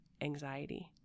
anxiety